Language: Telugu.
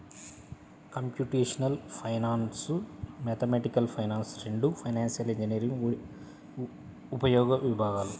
కంప్యూటేషనల్ ఫైనాన్స్, మ్యాథమెటికల్ ఫైనాన్స్ రెండూ ఫైనాన్షియల్ ఇంజనీరింగ్ ఉపవిభాగాలు